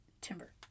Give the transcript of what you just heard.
Timber